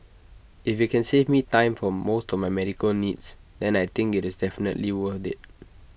if IT can save me time for most of my medical needs then I think its definitely worth IT